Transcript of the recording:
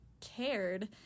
cared